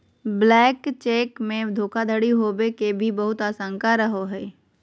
blank cheque मे धोखाधडी होवे के भी बहुत आशंका रहो हय